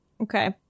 Okay